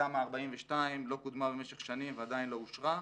- תמ"א/42 לא קודמה במשך שנים ועדיין לא אושרה.